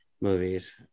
Movies